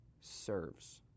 serves